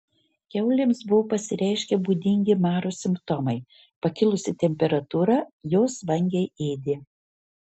kiaulėms buvo pasireiškę būdingi maro simptomai pakilusi temperatūra jos vangiai ėdė